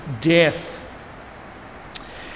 death